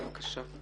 בבקשה.